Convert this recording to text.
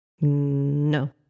No